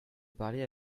parler